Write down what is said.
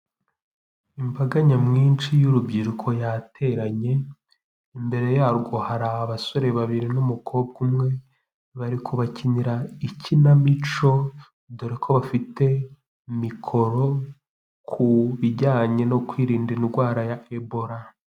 Imbaga nyamwinshi y'urubyiruko yateranye, imbere yarwo hari abasore babiri n'umukobwa umwe, bari kubakinira ikinamico, dore ko bafite mikoro, ku bijyanye no kwirinda indwara ya Ebola.